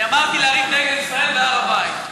אמרתי: להרים דגל ישראל בהר-הבית.